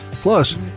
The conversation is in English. Plus